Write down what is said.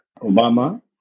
Obama